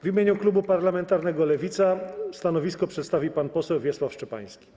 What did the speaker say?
W imieniu klubu parlamentarnego Lewica stanowisko przedstawi pan poseł Wiesław Szczepański.